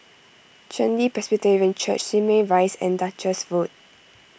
Chen Li Presbyterian Church Simei Rise and Duchess Food